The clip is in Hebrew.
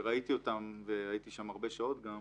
וראיתי אותם והייתי שם הרבה שעות גם,